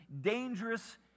dangerous